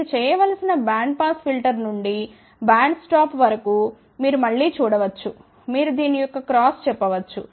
మీరు చేయవలసిన band pass filter నుండి బ్యాండ్ స్టాప్ వరకు మీరు మళ్ళీ చూడ వచ్చు మీరు దీని యొక్క క్రాస్ చెప్పవచ్చు